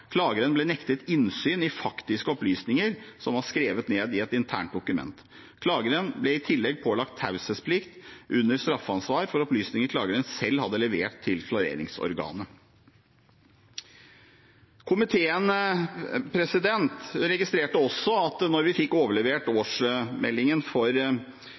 Klageren ble nektet innsyn i faktiske opplysninger som var skrevet ned i et internt dokument. Klageren ble i tillegg pålagt taushetsplikt under straffansvar for opplysninger klageren selv hadde levert til klareringsorganet. Komiteen registrerer at da vi fikk overlevert årsmeldingen for